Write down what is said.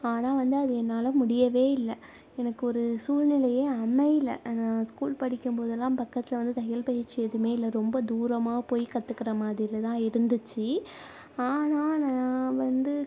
ஆனால் வந்து அது என்னால் முடியவே இல்லை எனக்கு ஒரு சூழ்நிலையே அமையலை நான் ஸ்கூல் படிக்கும் போதெலாம் பக்கத்தில் வந்து தையல் பயிற்சி எதுவுமே இல்லை ரொம்ப தூரமாக போய் கற்றுக்குற மாதிரிதான் இருந்துச்சு ஆனால் நான் வந்து